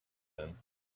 then